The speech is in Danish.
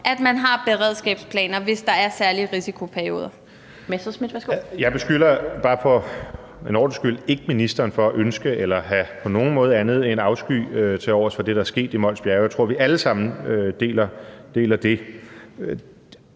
at man har beredskabsplaner, hvis der er særlige risikoperioder.